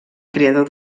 creador